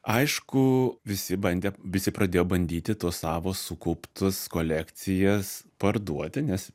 aišku visi bandė visi pradėjo bandyti tuos savo sukauptus kolekcijas parduoti nes